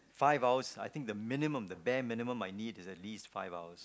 five hours I think the minimum the bare minimum I need is at least five hours